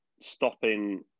stopping